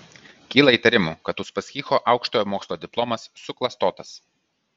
kyla įtarimų kad uspaskicho aukštojo mokslo diplomas suklastotas